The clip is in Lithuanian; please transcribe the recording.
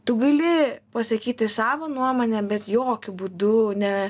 tu gali pasakyti savo nuomonę bet jokiu būdu ne